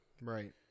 Right